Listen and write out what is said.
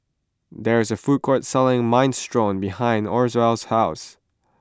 there is a food court selling Minestrone behind Orvel's house